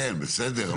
כן, בסדר,